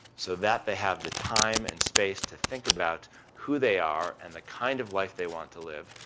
so that they have the time and space to think about who they are and the kind of life they want to live,